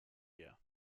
year